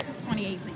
2018